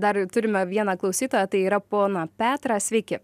dar ir turime vieną klausytoją tai yra poną petrą sveiki